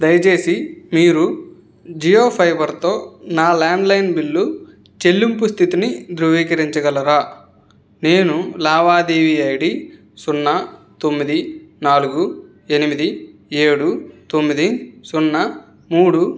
దయచేసి మీరు జియో ఫైబర్తో నా ల్యాండ్లైన్ బిల్లు చెల్లింపు స్థితిని ధృవీకరించగలరా నేను లావాదేవీ ఐడి సున్నా తొమ్మిది నాలుగు ఎనిమిది ఏడు తొమ్మిది సున్నా మూడు